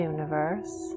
Universe